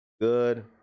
Good